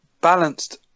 balanced